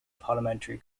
parliamentary